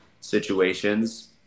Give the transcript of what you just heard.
situations